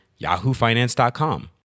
yahoofinance.com